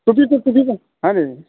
টুপিটো টুপিটো হয় নেকি